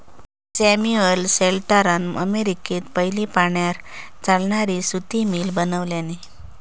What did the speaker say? Samuel स्लेटरान अमेरिकेत पयली पाण्यार चालणारी सुती मिल बनवल्यानी